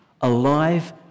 Alive